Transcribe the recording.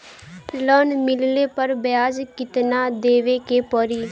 Loan मिलले पर ब्याज कितनादेवे के पड़ी?